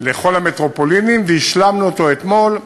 לכל המטרופולינים, והשלמנו אותו אתמול.